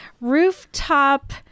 rooftop